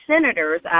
senators